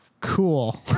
Cool